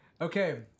Okay